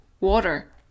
water